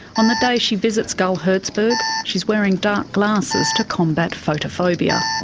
on the day she visits gull herzberg she's wearing dark glasses to combat photophobia.